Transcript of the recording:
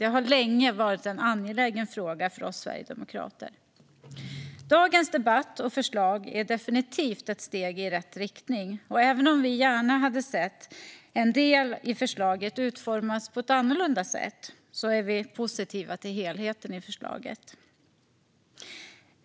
Det har länge varit en angelägen fråga för oss sverigedemokrater. Dagens debatt och förslag är definitivt ett steg i rätt riktning. Även om vi gärna hade sett en del i förslaget utformat på ett annorlunda sätt är vi positiva till helheten i förslaget.